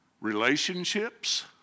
relationships